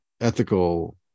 ethical